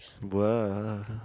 Whoa